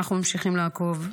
ואנחנו ממשיכים לעקוב.